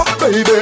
Baby